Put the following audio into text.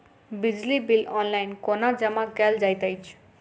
बिजली bill online कोना जमा कएल जाइत अछि?